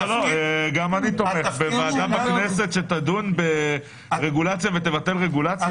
גם אני תומך בוועדה בכנסת שתדון ברגולציה ותבטל רגולציה,